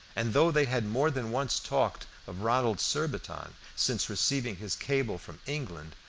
and though they had more than once talked of ronald surbiton since receiving his cable from england,